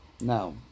No